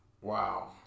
Wow